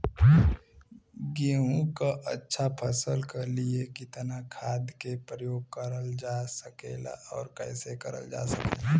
गेहूँक अच्छा फसल क लिए कितना खाद के प्रयोग करल जा सकेला और कैसे करल जा सकेला?